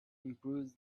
improves